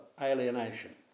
alienation